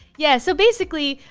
yeah so basically,